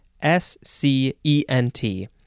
S-C-E-N-T